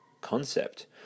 concept